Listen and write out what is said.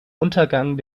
untergang